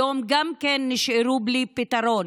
היום נשארו בלי פתרון.